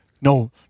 no